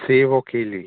सेब और केले